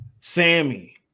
Sammy